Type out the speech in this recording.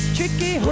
Tricky